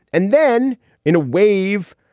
and then in a wave,